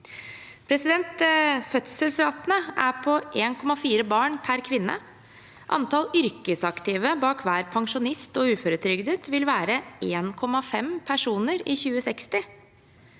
Fødselsraten er på 1,4 barn per kvinne. Antall yrkesaktive bak hver pensjonist og uføretrygdet vil være 1,5 personer i 2060.